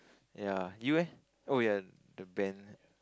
ya you eh oh ya the band